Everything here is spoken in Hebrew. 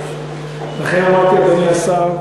אי-אפשר, לכן אמרתי, אדוני השר,